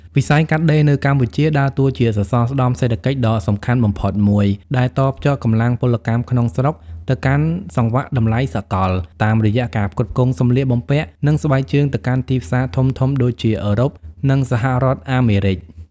វិស័យកាត់ដេរនៅកម្ពុជាដើរតួជាសសរស្តម្ភសេដ្ឋកិច្ចដ៏សំខាន់បំផុតមួយ ដែលតភ្ជាប់កម្លាំងពលកម្មក្នុងស្រុកទៅកាន់សង្វាក់តម្លៃសកល តាមរយៈការផ្គត់ផ្គង់សម្លៀកបំពាក់ និងស្បែកជើងទៅកាន់ទីផ្សារធំៗដូចជាអឺរ៉ុប និងសហរដ្ឋអាមេរិក។